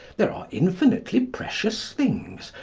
there are infinitely precious things,